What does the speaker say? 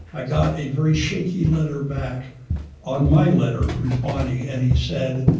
i got a very shaky letter back on my letter responding and he said,